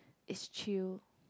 it's chill